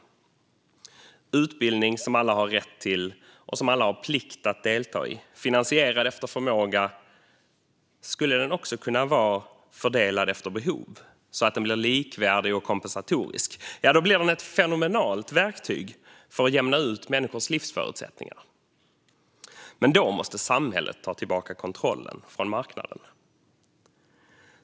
Det handlar om utbildning som alla har rätt till och som alla har plikt att delta i. Finansierad efter förmåga skulle den också kunna vara fördelad efter behov så att den blir likvärdig och kompensatorisk, och då blir den ett fenomenalt verktyg för att jämna ut människors livsförutsättningar. Men då måste samhället ta tillbaka kontrollen från marknaden.